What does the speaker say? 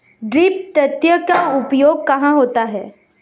Drip तंत्र का उपयोग कहाँ होता है?